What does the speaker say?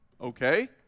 Okay